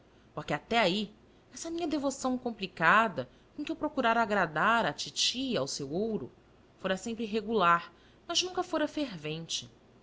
porque até aí essa minha devoção complicada com que eu procurara agradar à titi e ao seu ouro fora sempre regular mas nunca fora fervente